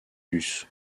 bus